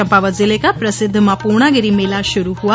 चम्पावत जिले का प्रसिद्ध मां पूर्णागिरि मेला शुरू हुआ